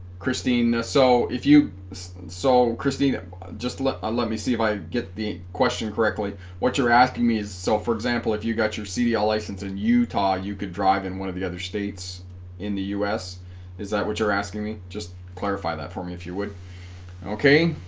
christine so if you saw so christina just let ah let me see if i get the question correctly what you're asking me is so for example if you got your cdl license in utah you could drive in one of the other states in the us is that what you're asking me just clarify that for me if you would okay